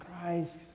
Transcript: Christ